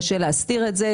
קשה להסתיר את זה,